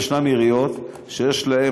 ישנן עיריות שיש להן,